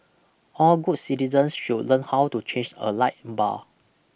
all good citizens should learn how to change a light bar